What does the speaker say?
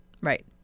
Right